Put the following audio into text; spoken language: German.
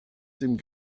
dem